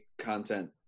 content